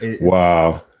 Wow